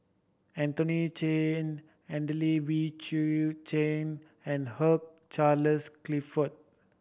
Anthony Chen Adelene Wee Chu Chen and Hugh Charles Clifford